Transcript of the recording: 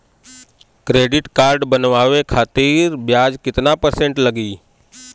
Credit card बनवाने खातिर ब्याज कितना परसेंट लगी?